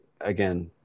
again